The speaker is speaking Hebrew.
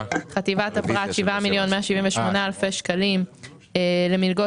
חטיבת הפרט 7,178,000 שקלים למלגות